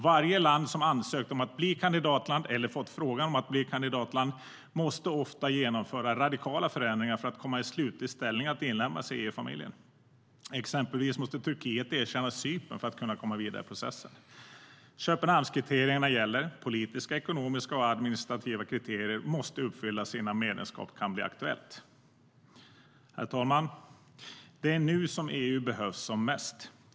Varje land som ansökt om att bli kandidatland eller fått frågan om att bli kandidatland måste ofta genomföra radikala förändringar för att komma i slutlig ställning att inlemmas i EU-familjen. Exempelvis måste Turkiet erkänna Cypern för att komma vidare i processen. Herr talman! Det är nu som EU behövs som mest.